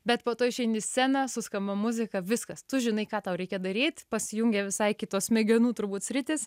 bet po to išeini į sceną suskamba muzika viskas tu žinai ką tau reikia daryt pasijungia visai kitos smegenų turbūt sritys